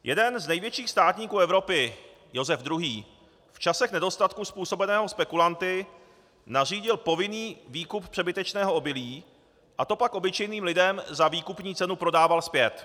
Jeden z největších státníků Evropy Josef II. v časech nedostatku způsobeného spekulanty nařídil povinný výkup přebytečného obilí a to pak obyčejným lidem za výkupní cenu prodával zpět.